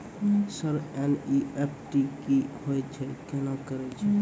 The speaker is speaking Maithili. सर एन.ई.एफ.टी की होय छै, केना करे छै?